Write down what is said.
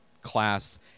class